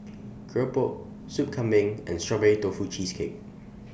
Keropok Soup Kambing and Strawberry Tofu Cheesecake